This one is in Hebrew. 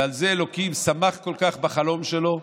ועל זה אלוקים שמח כל כך בחלום שלו,